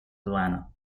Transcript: atlanta